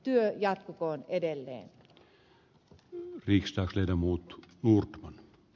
työ jatkukoon edelleen kun viksaus jota muut muutaman